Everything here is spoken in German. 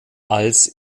als